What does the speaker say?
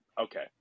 Okay